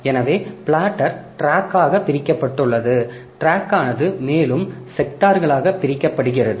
எனவே platter track ஆக பிரிக்கப்பட்டுள்ளது டிராக்கானது மேலும் செக்டார்களாக பிரிக்கப்படுகிறது